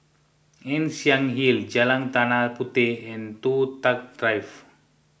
Ann Siang Hill Jalan Tanah Puteh and Toh Tuck Drive